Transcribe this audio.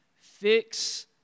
fix